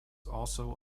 also